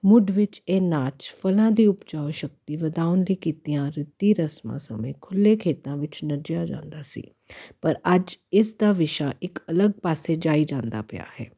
ਮੁੱਢ ਵਿੱਚ ਇਹ ਨਾਚ ਫਲਾਂ ਦੀ ਉਪਜਾਊ ਸ਼ਕਤੀ ਵਧਾਉਣ ਲਈ ਕੀਤੀਆਂ ਰੀਤੀ ਰਸਮਾਂ ਸਮੇਂ ਖੁੱਲ੍ਹੇ ਖੇਤਾਂ ਵਿੱਚ ਨਜਿਆ ਜਾਂਦਾ ਸੀ ਪਰ ਅੱਜ ਇਸ ਦਾ ਵਿਸ਼ਾ ਇੱਕ ਅਲੱਗ ਪਾਸੇ ਜਾਈ ਜਾਂਦਾ ਪਿਆ ਹੈ